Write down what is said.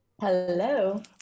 Hello